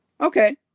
okay